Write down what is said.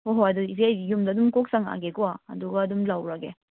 ꯍꯣꯏ ꯍꯣꯏ ꯑꯗꯨꯗꯤ ꯏꯆꯦ ꯑꯩ ꯌꯨꯝꯗ ꯑꯗꯨꯝ ꯀꯣꯛ ꯆꯪꯉꯛꯑꯒꯦꯀꯣ ꯑꯗꯨꯒ ꯑꯗꯨꯝ ꯂꯧꯔꯒꯦ